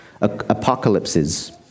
apocalypses